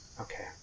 Okay